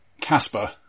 Casper